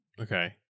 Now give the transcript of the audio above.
Okay